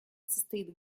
состоит